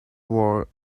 wore